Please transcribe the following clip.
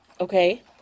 Okay